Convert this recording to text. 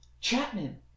Chapman